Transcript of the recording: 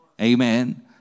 Amen